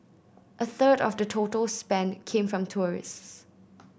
a third of the total spend came from tourists